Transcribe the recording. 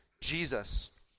Jesus